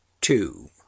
two